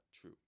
true